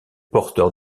porteur